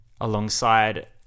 alongside